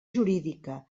jurídica